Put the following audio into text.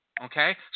Okay